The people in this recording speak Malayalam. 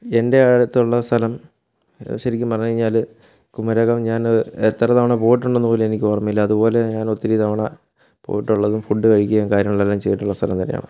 എന്റെ അടുത്തുള്ള സ്ഥലം ശരിക്കും പറഞ്ഞ് കഴിഞ്ഞാൽ കുമരകം ഞാൻ എത്ര തവണ പോയിട്ടുണ്ടെന്ന് പോലും എനിക്ക് ഓര്മ്മയില്ല അതുപോലെ ഞാന് ഒത്തിരി തവണ പോയിട്ടുള്ളതും ഫുഡ് കഴിക്കുയകും കാര്യങ്ങളെല്ലാം ചെയ്തിട്ടുള്ള സ്ഥലം തന്നെയാണ്